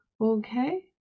Okay